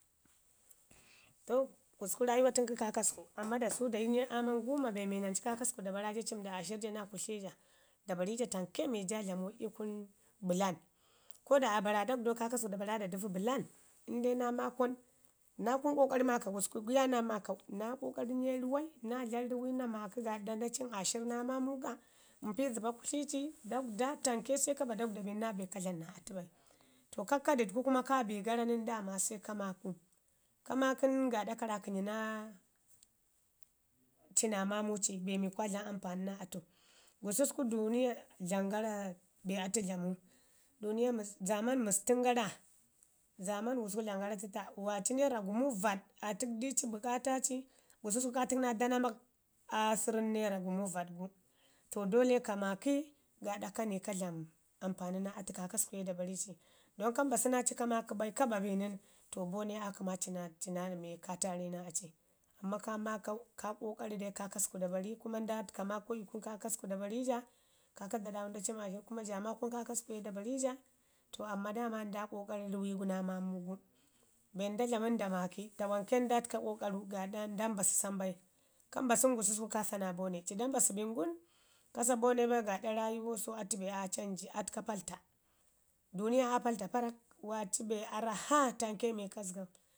To, gusku raawa tən kə kaakaska, amman da su dayi nye aaman guuma be mii kaakasku da bara da cimu da aashirr ja naa kutli ja da bari ja tamke mii ja dlamau ii kunu bəlan, ko da aa bara daguidau da dəru bəlani in dai naa maakon naa kunu ƙoƙari maaka gusku gu ya naa maakau, naa ƙoƙari nye ruwai na dlama rumai naa maaki gaaɗa naa cimi aashirr naa maamaga. Mpi zəba kutli ci, dagwda tamke se ka ba dagwda bin naa be ko dlami naa atu bai. To, kak kadi təku kaa bi nən daama se ka maaku, ka maakən gaaɗa ko raakənyi naa ci naa maamu ci be mii kma dlama ampani naa atu. Gususku duniya dlamən gaara be atu dlamu, duuniya mu zaaman məstən gara, zaaman gusku dlamən gara təto. Waaci neera gumu vaɗa a tək dii ci bəƙaata ci amma gusku kaa tək naa danamak aa sərrən neera gumu vaɗ gu, to dolle ka maaki gaaɗa ka ni ka dlama ampani naa atu kaakasku ye da bari ci. Don ka mbasu naaci ka maaki bai ko ba biinən to boone a kəma ci naa ci nəa nən mii ka tare naa aci amman kaa maakau, kaa ƙoƙari dai kaakas ku da bari kuma nda təka maakau ii kunu kaakasku da bari ja, kaakasku da daama nda cimi ashirə kunma ja maakon kaakas ku ye da bari ja to nda ƙoƙari rawi gu naa maamu gu, be nda dlamən nda maaki, tawanke nda təka ƙoƙaru gaaɗa nda basu sam bai. Ka mbasən gususku kasa naa boone ci da mbasu bin gum ka sa boonebai gaaɗo rayumau so atu be aa canji aa təka palta, duuniya aa palta parnak maaci be arraha, tamke mii ka zəgau